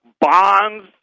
bonds